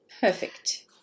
Perfect